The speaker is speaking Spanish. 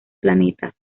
planetas